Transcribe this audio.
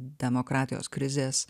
demokratijos krizės